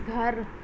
گھر